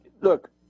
look